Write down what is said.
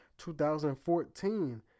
2014